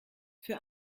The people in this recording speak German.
für